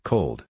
Cold